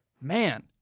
man